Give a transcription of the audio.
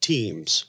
Teams